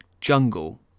Jungle